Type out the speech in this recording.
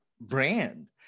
brand